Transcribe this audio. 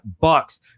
bucks